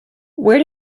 where